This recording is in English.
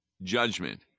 Judgment